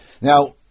Now